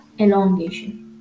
elongation